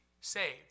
saved